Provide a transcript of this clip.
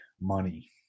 money